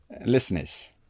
listeners